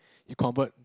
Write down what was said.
you convert